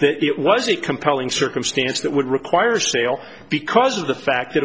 that it was a compelling circumstance that would require sale because of the fact that